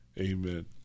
amen